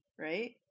right